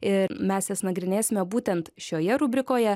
ir mes jas nagrinėsime būtent šioje rubrikoje